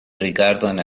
rigardon